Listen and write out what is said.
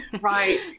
Right